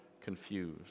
confused